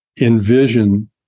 envision